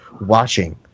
watching